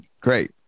Great